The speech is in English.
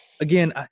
again